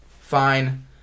fine